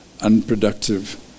unproductive